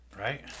Right